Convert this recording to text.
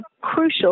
crucial